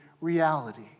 reality